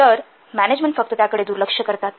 तर मॅनेजमेंट फक्त त्याकडे दुर्लक्ष करतात